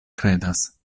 kredas